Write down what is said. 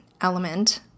element